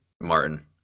Martin